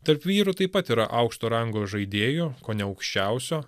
tarp vyrų taip pat yra aukšto rango žaidėjų kone aukščiausio